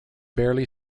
barely